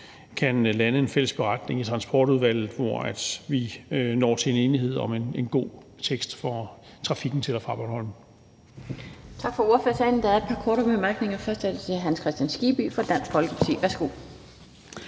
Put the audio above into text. kan lande en fælles beretning i Transportudvalget, hvor vi når til en enighed om en god tekst for trafikken til og fra Bornholm.